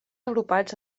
agrupats